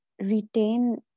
retain